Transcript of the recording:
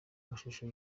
amashusho